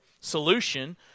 solution